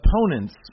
opponents